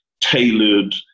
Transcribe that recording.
tailored